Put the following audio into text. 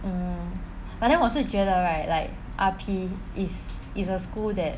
but then 我是觉得 right like R_P is is a school that